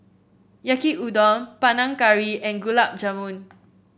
Yaki Udon Panang Curry and Gulab Jamun